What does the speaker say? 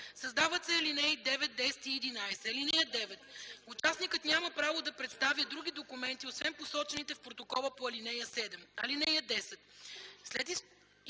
Създават се ал. 9, 10 и 11: „(9) Участникът няма право да представя други документи освен посочените в протокола по ал. 7. (10)